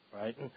right